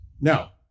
Now